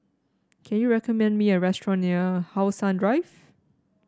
can you recommend me a restaurant near How Sun Drive